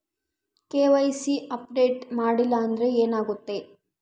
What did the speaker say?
KYC update ಮಾಡಿಲ್ಲ ಅಂದ್ರೆ ಏನಾಗುತ್ತೆ?